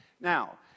Now